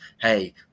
Hey